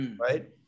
Right